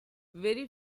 very